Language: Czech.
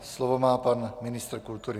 Slovo má pan ministr kultury.